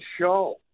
show